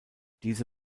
diese